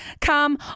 come